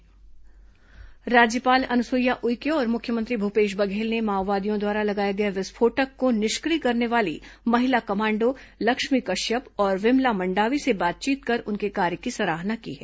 महिला कमांडो चर्चा राज्यपाल अनुसुईया उइके और मुख्यमंत्री भूपेश बघेल ने माओवादियों द्वारा लगाए गए विस्फोटक को निष्क्रिय करने वाली महिला कमांडों लक्ष्मी कश्यप और विमला मंडावी से बातचीत कर उनके कार्य की सराहना की है